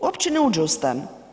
Uopće ne uđe u stan?